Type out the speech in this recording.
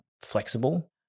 flexible